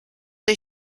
dei